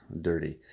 dirty